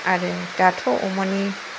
आरो दाथ' अमानि